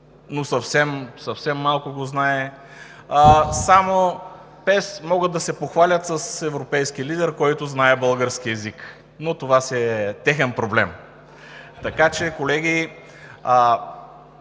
съвсем малко го знае. Само ПЕС могат да се похвалят с европейски лидер, който знае български език, но това си е техен проблем. Колеги,